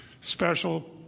special